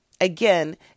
Again